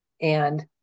And-